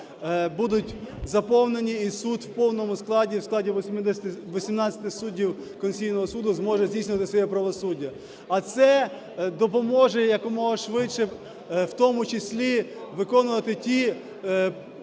будуть заповнені і суд в повному складі, в складі 18 суддів Конституційного Суду зможе здійснювати своє правосуддя. А це допоможе якомога швидше в тому числі виконувати ті